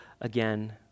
again